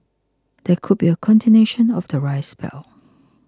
there could be a continuation of the rise spell